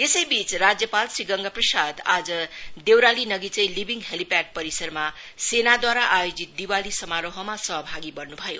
यसैवीच राज्यपाल श्री गंगा प्रसाद आज देवराली नगीचै लिविङ हेलीप्याड परिसरमा सेवाद्वारा आयोजित दिवाली समारोहमा सहभागी वन्नु भयो